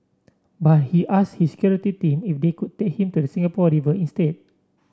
but he ask his security team if they could take him to the Singapore River instead